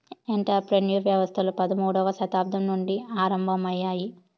enter ప్రెన్యూర్ వ్యవస్థలు పదమూడవ శతాబ్దం నుండి ఆరంభమయ్యాయి